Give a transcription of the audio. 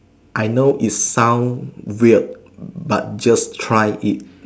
I know it sound weird but just try it